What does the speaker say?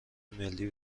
ملی